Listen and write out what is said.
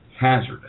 hazardous